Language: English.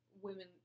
women